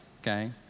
okay